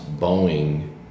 Boeing